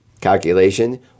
calculation